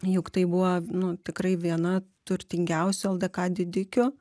juk tai buvo nu tikrai viena turtingiausių ldk didikių